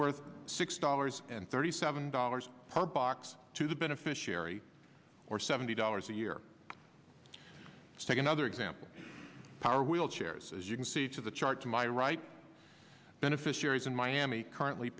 worth six dollars and thirty seven dollars per box to the beneficiary or seventy dollars a year second other example power wheelchairs as you can see to the chart to my right beneficiaries in miami currently